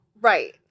Right